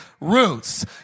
roots